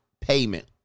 payment